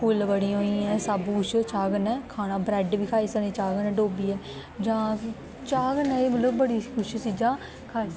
फुल्लबड़ियां होई गेइयां एह् सब्भ कुछ चाह् कन्नै खाना ब्रैड बी खाई सकने चाह् कन्नै डोब्बियै जां चाह् कन्नै एह् मतलब बड़ी कुछ चीजां खाई सकने